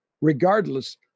regardless